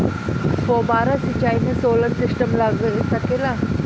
फौबारा सिचाई मै सोलर सिस्टम लाग सकेला?